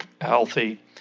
healthy